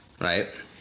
Right